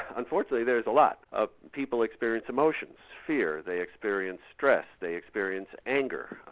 unfortunately there is a lot. ah people experience emotions, fear, they experience stress, they experience anger.